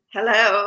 Hello